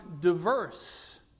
diverse